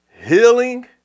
healing